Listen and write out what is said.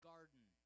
Garden